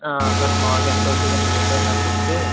sir మాములుగా ఎంత అవుతుంది అండి ఎంతో కాస్త చెప్తే